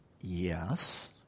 Yes